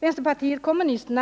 Vpk